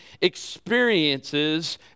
experiences